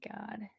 God